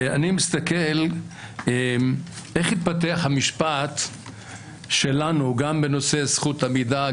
אני מסתכל איך התפתח המשפט שלנו גם בנושא זכות עמידה,